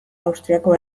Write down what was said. austriako